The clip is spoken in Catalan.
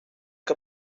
que